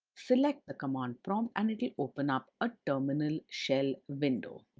select the command prompt and it'll open up a terminal shell window.